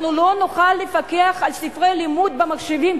אנחנו לא נוכל לפקח על ספרי הלימוד במחשבים.